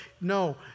No